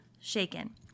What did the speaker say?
shaken